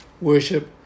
worship